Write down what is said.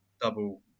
double